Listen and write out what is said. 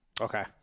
Okay